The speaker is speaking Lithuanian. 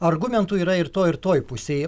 argumentų yra ir toj ir toj pusėje